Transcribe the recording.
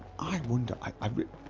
i wonder, i i